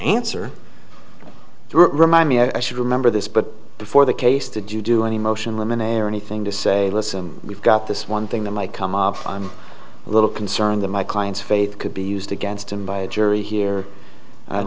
answer remind me i should remember this but before the case did you do any motion woman a or anything to say listen we've got this one thing that might come up i'm a little concerned that my client's faith could be used against him by a jury here